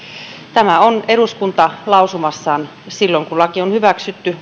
tämän on eduskunta lausumassaan silloin kun laki on hyväksytty